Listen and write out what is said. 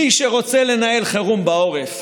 מי שרוצה לנהל חירום בעורף